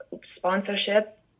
sponsorship